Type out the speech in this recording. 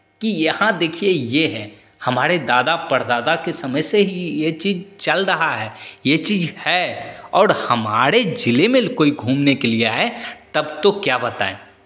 कि यहाँ देखिए ये है हमारे दादा परदादा के समय से ही ये चीज़ चल रहा है ये चीज़ है और हमारे जिले में कोई घूमने के लिए आए तब तो क्या बताएं